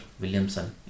Williamson